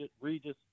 Regis